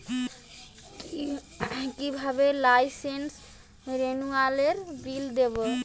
কিভাবে লাইসেন্স রেনুয়ালের বিল দেবো?